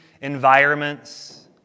environments